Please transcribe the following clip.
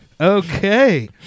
Okay